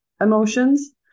emotions